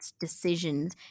Decisions